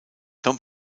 tom